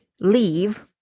leave